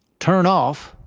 turn off.